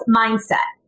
mindset